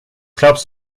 glaubst